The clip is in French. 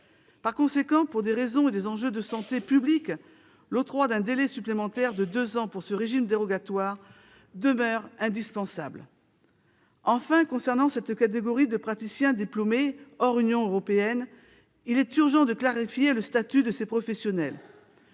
Par conséquent, pour des raisons et des enjeux de santé publique, l'octroi d'un délai supplémentaire de deux ans pour ce régime dérogatoire demeure indispensable. Enfin, s'agissant de cette catégorie de praticiens diplômés hors Union européenne, il est urgent de clarifier leur statut. Celui-ci